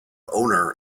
owner